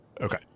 Okay